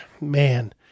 man